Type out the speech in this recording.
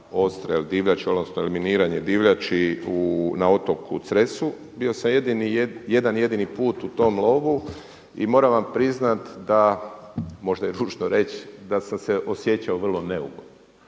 odstrel divljači, odnosno eliminiranje divljači na otoku Cresu. Bio sam jedan jedini put u tom lovu i moram vam priznat da možda je ružno reći, da sam se osjećao vrlo neugodno